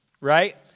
right